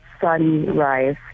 sunrise